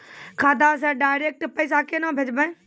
खाता से डायरेक्ट पैसा केना भेजबै?